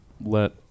let